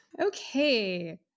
Okay